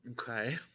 Okay